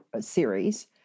series